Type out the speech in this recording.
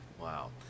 Wow